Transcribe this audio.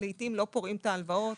לעיתים לא פורעים את ההלוואות.